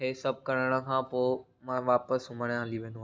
हे सभु करण खां पोइ मां वापसि सुम्हणु हली वेंदो आहियां